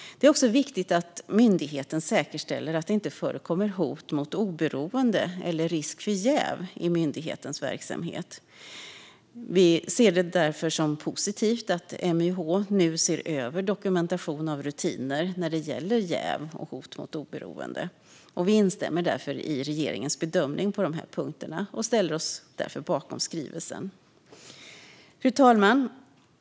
Det är även viktigt att myndigheten säkerställer att det inte förekommer hot mot oberoende eller risk för jäv i myndighetens verksamhet. Vi ser det därför som positivt att MYH nu ser över dokumentationen av rutiner när det gäller jäv och hot mot oberoende. Vi instämmer därför i regeringens bedömning på dessa punkter och ställer oss därför bakom skrivelsen. Fru talman!